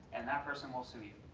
and that person will sue you.